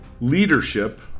leadership